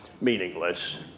meaningless